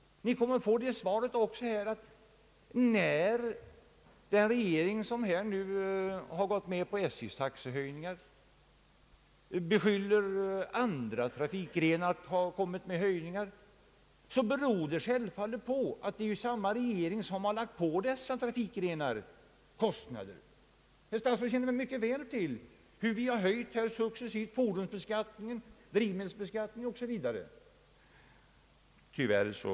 Ni kommer att få höra att den regering som nu har gått med på SJ:s taxehöjningar inte skall klanka på andra trafikgrenar för att de genomfört prishöjningar vilka självfallet beror på att samma regering har lagt kostnader på dessa trafikgrenar. Statsrådet känner mycket väl till hur fordonsbeskattningen, drivmedelsbeskattningen o.s.v. successivt har höjts.